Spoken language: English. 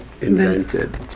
invented